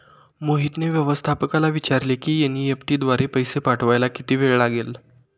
मोहितने व्यवस्थापकाला विचारले की एन.ई.एफ.टी द्वारे पैसे पाठवायला किती वेळ लागेल